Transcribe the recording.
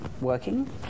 working